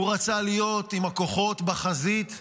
הוא רצה להיות עם הכוחות בחזית בצפון,